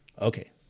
Okay